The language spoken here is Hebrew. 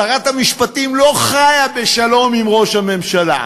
שרת המשפטים לא חיה בשלום עם ראש הממשלה,